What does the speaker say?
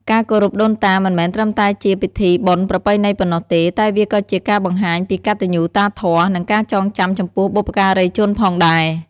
ការគោរពដូនតាមិនមែនត្រឹមតែជាពិធីបុណ្យប្រពៃណីប៉ុណ្ណោះទេ តែវាក៏ជាការបង្ហាញពីកតញ្ញូតាធម៌ និងការចងចាំចំពោះបុព្វការីជនផងដែរ។